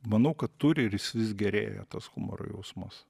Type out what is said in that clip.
manau kad turi ir vis gerėja tas humoro jausmas